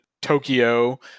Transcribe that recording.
Tokyo